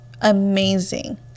amazing